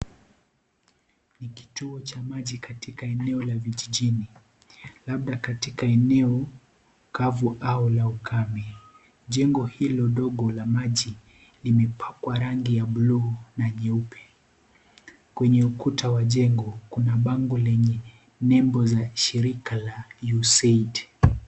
Ni kituo cha maji katika eneo la vijijini labda katika eneo kavu au la ukame. Jengo hilo dogo la maji limepakwa rangi ya bluu na nyeupe. Kwenye ukuta wa jengo kuna bango lenye nembo za shirika la USAID.